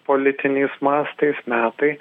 politiniais mastais metai